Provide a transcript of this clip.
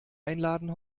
einladen